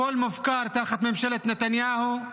הכול מופקר תחת ממשלת נתניהו,